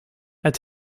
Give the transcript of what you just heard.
het